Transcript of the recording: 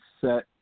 set